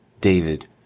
David